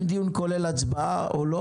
אם דיון כולל הצבעה או לא